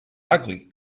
ugly